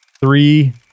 three